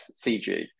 CG